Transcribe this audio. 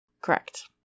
Correct